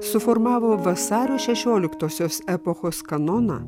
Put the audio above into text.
suformavo vasario šešioliktosios epochos kanoną